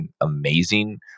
amazing